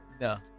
No